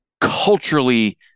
culturally